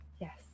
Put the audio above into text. Yes